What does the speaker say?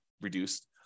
reduced